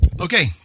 okay